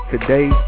today